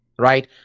right